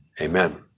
Amen